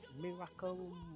miracle